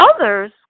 Others